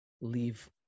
leave